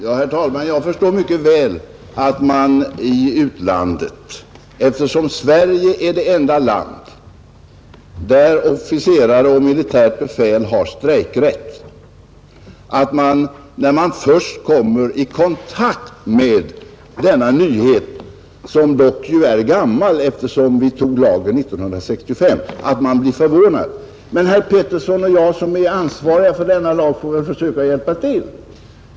Herr talman! Jag förstår mycket väl att man i utlandet, eftersom Sverige är det enda land där officerare och militärt befäl över huvud taget har strejkrätt, blir förvånad när man först kommer i kontakt med denna nyhet — som dock är gammal, eftersom vi antog lagen 1965! Men herr Petersson i Gäddvik och jag, som är ansvariga för denna lag, får väl försöka hjälpa till att sprida upplysning.